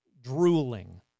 drooling